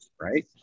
right